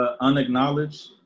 Unacknowledged